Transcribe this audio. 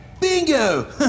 Bingo